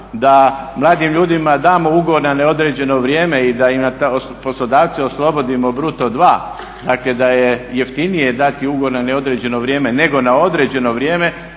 da mladim ljudima damo ugovor na neodređeno vrijeme i da im poslodavce oslobodimo bruto 2, dakle da je jeftinije dati ugovor na neodređeno vrijeme nego na određeno vrijeme